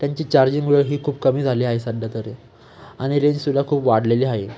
त्यांची चार्जिंग वेळं ही खूप कमी झाली आहे सध्या तरी आणि रेंज सुद्धा खूप वाढलेली आहे